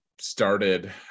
started